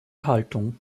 haltung